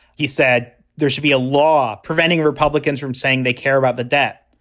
he said there should be a law preventing republicans from saying they care about the debt.